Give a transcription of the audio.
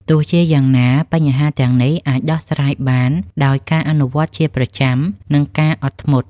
ទោះជាយ៉ាងណា បញ្ហាទាំងនេះអាចដោះស្រាយបានដោយការអនុវត្តជាប្រចាំ និងការអត់ធ្មត់។